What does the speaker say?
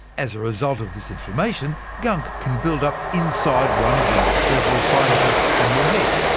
as a result of this inflammation, gunk can build up inside one of the several sinuses in your head.